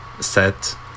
set